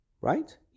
right